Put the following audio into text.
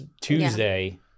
Tuesday